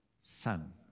Son